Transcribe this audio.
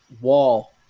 wall